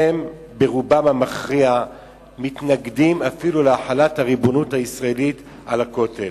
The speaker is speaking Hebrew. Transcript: ברובם המכריע הם מתנגדים אפילו להחלת הריבונות הישראלית על הכותל.